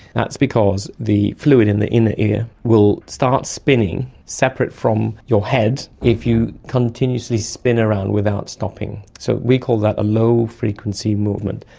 that's because the fluid in the inner ear will start spinning separate from your head if you continuously spin around without stopping. so we call that a low-frequency movement.